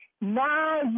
Now